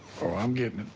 oh, i'm getting